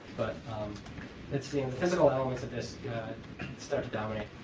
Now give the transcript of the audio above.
but it's the and physical elements of this start to dominate.